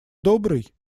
добрый